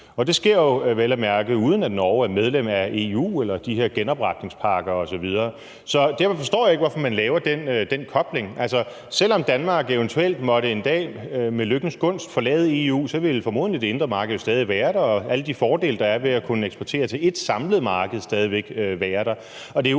det sker jo vel at mærke, uden at Norge er medlem af EU eller de her genopretningspakker osv. Så derfor forstår jeg ikke, hvorfor man laver den kobling. Altså, selv om Danmark eventuelt en dag med lykkens gunst måtte forlade EU, ville det indre marked formodentlig stadig være der, og alle de fordele, der er ved at kunne eksportere til ét samlet marked, ville stadig væk være der.